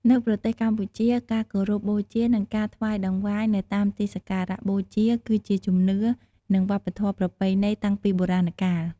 នៅប្រទេសកម្ពុជា ការគោរពបូជា និងការថ្វាយតង្វាយនៅតាមទីសក្ការៈបូជា គឺជាជំនឿ និងវប្បធម៌ប្រពៃណីតាំងពីបុរាណកាល។